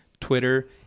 Twitter